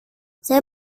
saya